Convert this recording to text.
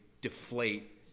deflate